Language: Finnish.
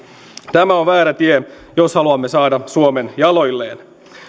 tämä on väärä tie jos haluamme saada suomen jaloilleen